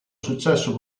successo